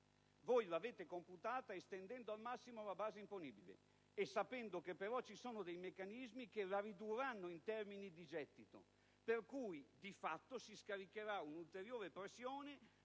Voi l'avete computata estendendo al massimo la base imponibile, pur sapendo che ci sono dei meccanismi che la ridurranno, in termini di gettito. Per cui, di fatto, si scaricherà un'ulteriore pressione,